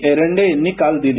एरंडे यांनी काल दिली